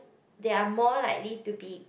they are more likely to be